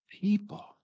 people